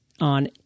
on